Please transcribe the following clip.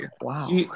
Wow